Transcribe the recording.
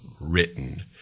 written